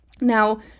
Now